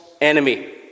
enemy